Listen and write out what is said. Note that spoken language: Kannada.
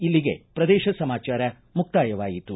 ಇಲ್ಲಿಗೆ ಪ್ರದೇಶ ಸಮಾಚಾರ ಮುಕ್ತಾಯವಾಯಿತು